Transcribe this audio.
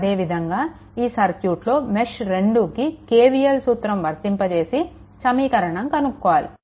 అదేవిధంగా ఈ సర్క్యూట్లోని మెష్2కి KVL సూత్రం వర్తింపజేసి సమీకరణం కనుక్కోవాలి